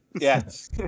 Yes